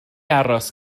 aros